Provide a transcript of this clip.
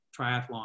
triathlon